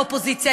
האופוזיציה.